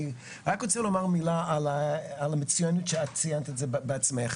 אני רק רוצה לומר מילה על המצוינות שאת ציינת את זה בעצמך.